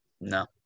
No